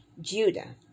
Judah